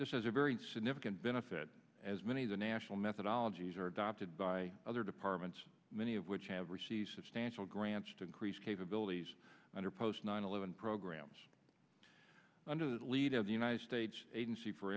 this is a very significant benefit as many of the national methodology is are adopted by other departments many of which have received substantial grants to increase capabilities under post nine eleven programs under the lead of the united states agency for